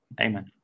Amen